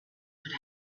would